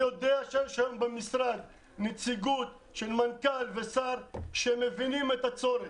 אני יודע שהיום במשרד יש נציגות של מנכ"ל ושר שמבינים את הצורך.